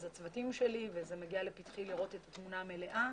אז הצוותים שלי וזה מגיע לפתחי לראות את התמונה המלאה,